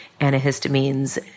antihistamines